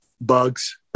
Bugs